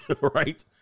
right